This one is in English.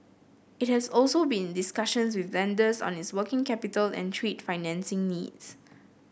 it has also been in discussions with lenders on its working capital and trade financing needs